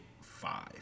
five